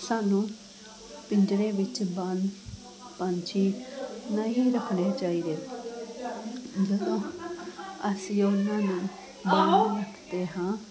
ਸਾਨੂੰ ਪਿੰਜਰੇ ਵਿੱਚ ਬੰਦ ਪੰਛੀ ਨਹੀਂ ਰੱਖਣੇ ਚਾਹੀਦੇ ਜਦੋਂ ਅਸੀਂ ਉਹਨਾਂ ਨੂੰ ਬੰਨ ਰੱਖਦੇ ਹਾਂ